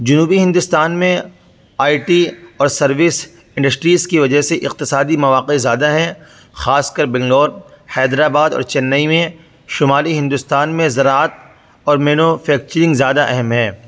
جنوبی ہندوستان میں I T اور سروس انڈسٹریز کی وجہ سے اقتصادی مواقع زیادہ ہیں خاص کر بنگلور حیدر آباد اور چنئی میں شمالی ہندوستان میں زراعت اور مینوفیکچرنگ زیادہ اہم ہیں